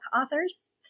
authors